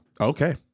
Okay